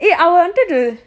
eh I wanted to